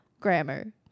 grammar